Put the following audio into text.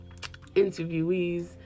interviewees